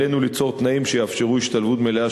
"עלינו ליצור תנאים שיאפשרו השתלבות מלאה